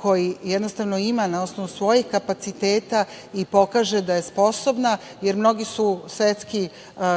koji ima na osnovu svojih kapaciteta i pokaže da je sposobna, jer su mnogi svetski